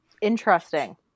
Interesting